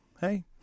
hey